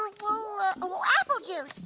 but well, apple juice.